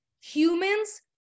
humans